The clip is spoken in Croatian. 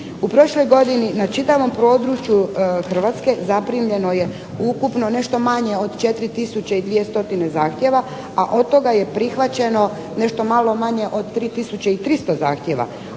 U prošloj godini na čitavom području Hrvatske zaprimljeno je ukupno nešto manje od 4 tisuće i dvije stotine zahtjeva, a od toga je prihvaćeno nešto malo manje od 3 tisuće i 300 zahtjeva,